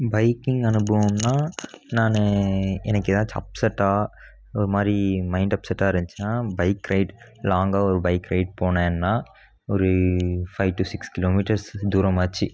biking அனுபவம்னால் நான் எனக்கு ஏதாச்சும் அப்செட்டாக ஒரு மாதிரி மைண்ட் அப்செட்டாக இருந்துச்சுனா பைக் ரைட் லாங்காக ஒரு பைக் ரைட் போனேன்னால் ஒரு ஃபைவ் டூ சிக்ஸ் கிலோமீட்டர்ஸ் தூரமாச்சு